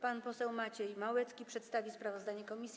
Pan poseł Maciej Małecki przedstawi sprawozdanie komisji.